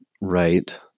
right